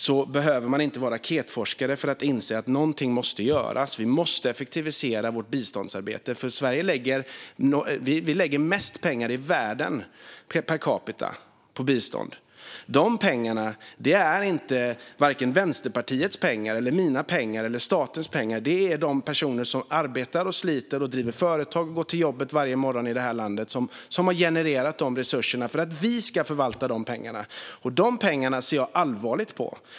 Man behöver inte vara raketforskare för att inse att någonting måste göras. Vi måste effektivisera vårt biståndsarbete. Sverige lägger mest pengar i världen per capita på bistånd. De pengarna är varken Vänsterpartiets pengar, mina pengar eller statens pengar. Det är de personer som arbetar, sliter, driver företag och går till jobbet varje morgon i det här landet som har genererat de resurserna för att vi ska förvalta de pengarna. De pengarna ser jag allvarligt på.